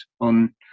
on